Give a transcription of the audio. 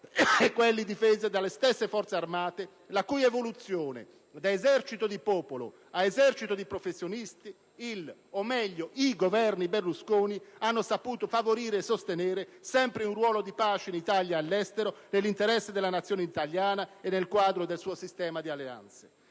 e quelli difesi dalle stesse Forze armate, la cui evoluzione (da esercito di popolo a esercito di professionisti) il Governo Berlusconi, o meglio, i Governi Berlusconi hanno saputo favorire e sostenere sempre in un ruolo di pace in Italia e all'estero, nell'interesse della Nazione italiana e nel quadro del suo sistema di alleanze.